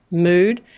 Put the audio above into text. mood,